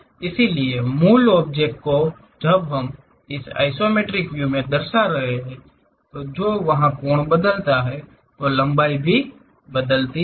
इसलिए मूल ऑब्जेक्ट को जब हम इसे आइसोमेट्रिक व्यू में दर्शा रहे हैं तो जो व्हा कोण बदलता हैं तो लंबाई भी बदलती है